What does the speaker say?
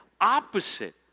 opposite